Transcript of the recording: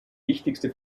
wichtigste